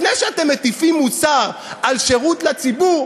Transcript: לפני שאתם מטיפים מוסר על שירות לציבור,